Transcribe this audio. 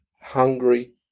hungry